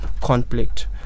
conflict